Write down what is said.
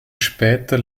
später